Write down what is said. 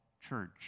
church